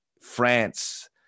France